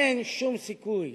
אין שום סיכוי